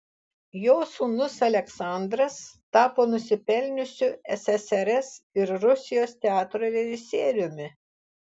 jo sūnus aleksandras tapo nusipelniusiu ssrs ir rusijos teatro režisieriumi